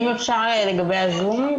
אני מבקשת להתייחס לעניין הזום.